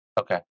Okay